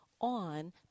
on